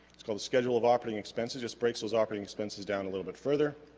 it's called a schedule of operating expenses just breaks those operating expenses down a little bit further